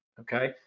okay